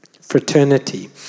Fraternity